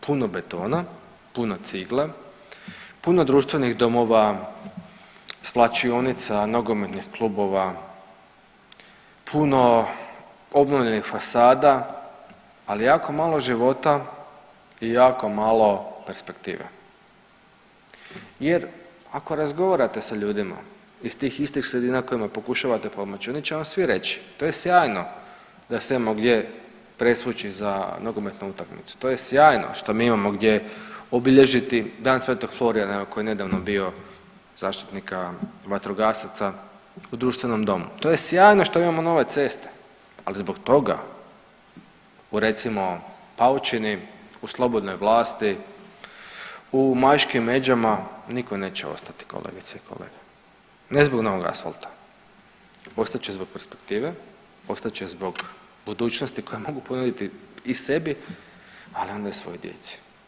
Puno betona, puno cigle, puno društvenih domova, svlačionica, nogometnih klubova, puno obnovljenih fasada ali jako malo života i jako malo perspektive jer ako razgovarate sa ljudima iz tih istih sredina kojima pokušavate pomoći oni će vam svi reći, to je sjajno da se imamo gdje presvući za nogometnu utakmicu, to je sjajno što imamo mi gdje obilježiti Dan sv. Florijana koji je nedavno bio zaštitnika vatrogasaca u društvenom domu, to je sjajno što mi imamo nove ceste, ali zbog toga u recimo paučini u slobodnoj vlasti u Majškim Međama niko neće ostati kolegice i kolege, ne zbog novog asfalta, ostat će zbog perspektive, ostat će zbog budućnosti koje mogu ponuditi i sebi, ali onda i svojoj djeci.